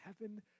heaven